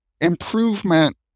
improvement